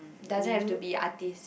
doesn't have to be artiste